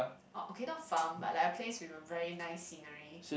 okay not farm but like a place with a very nice scenery